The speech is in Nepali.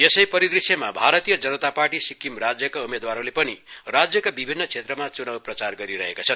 यसै पदृश्यमा भारतीय जनता पार्टी सिक्किम राज्यका उम्मेदवारहरूले पनि राज्यका विभिन्न क्षेत्रमा च्नाव प्रचार गरिरहेका छन्